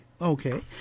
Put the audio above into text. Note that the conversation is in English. Okay